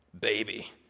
Baby